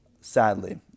sadly